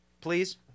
please